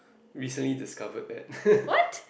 recently discovered bad